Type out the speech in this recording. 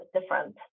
different